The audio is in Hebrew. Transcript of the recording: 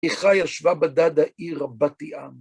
איכה ישבה בדד העיר בת ים.